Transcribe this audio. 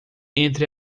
entre